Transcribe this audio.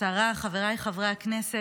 באלימות נגד נשים,